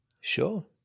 Sure